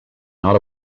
not